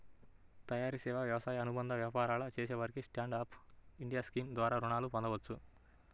తయారీ, సేవా, వ్యవసాయ అనుబంధ వ్యాపారాలు చేసేవారు స్టాండ్ అప్ ఇండియా స్కీమ్ ద్వారా రుణాలను పొందవచ్చు